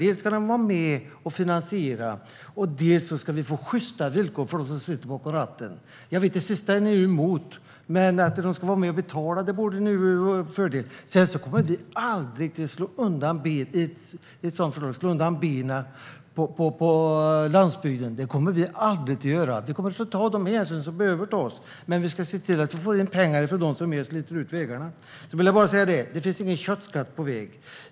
Dels ska man vara med och finansiera, dels ska det vara sjysta villkor för dem som sitter bakom ratten. Jag vet att ni är emot det, men att de ska vara med och betala borde ju vara en fördel. Vi kommer aldrig att slå undan benen för landsbygden. Vi kommer att ta de hänsyn som behöver tas. Men vi ska se till att vi får in pengar från dem som är med och sliter på vägarna. Sedan vill jag bara säga att det inte finns någon köttskatt på väg.